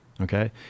okay